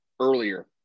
earlier